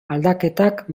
aldaketak